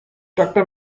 doctor